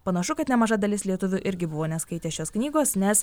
panašu kad nemaža dalis lietuvių irgi buvo neskaitę šios knygos nes